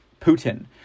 Putin